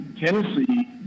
Tennessee